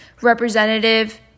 Representative